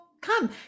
come